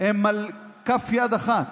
הם על כף יד אחת.